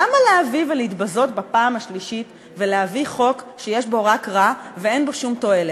למה להתבזות בפעם השלישית ולהביא חוק שיש בו רק רע ואין בו שום תועלת?